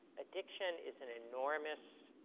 addiction is an enormous